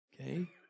okay